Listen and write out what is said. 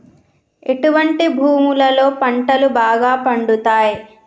ఎటువంటి భూములలో పంటలు బాగా పండుతయ్?